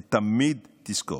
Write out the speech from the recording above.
ותמיד תזכור: